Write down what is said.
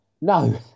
No